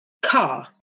car